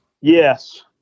yes